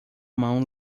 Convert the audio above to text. mão